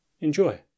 enjoy